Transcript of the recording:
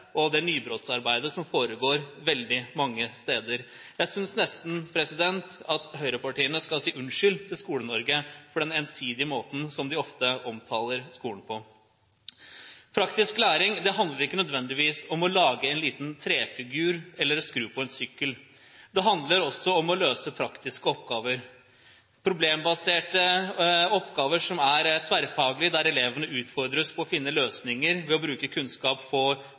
og det nybrottsarbeidet som foregår veldig mange steder. Jeg synes nesten at høyrepartiene skal si unnskyld til Skole-Norge for den ensidige måten som de ofte omtaler skolen på. Praktisk læring handler ikke nødvendigvis om å lage en liten trefigur eller skru på en sykkel. Det handler også om å løse praktiske oppgaver – problembaserte oppgaver – som er tverrfaglig, der elevene utfordres til å finne løsninger ved å bruke kunnskap